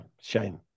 shame